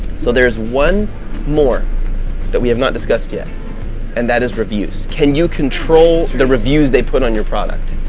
so, there's one more that we have not discussed yet and that is reviews. can you control the reviews they put on your product?